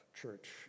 church